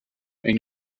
ein